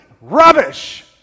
Rubbish